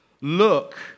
look